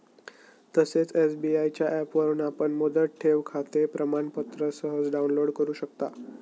तसेच एस.बी.आय च्या ऍपवरून आपण मुदत ठेवखाते प्रमाणपत्र सहज डाउनलोड करु शकता